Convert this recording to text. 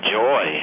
joy